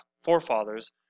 forefathers